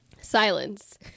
Silence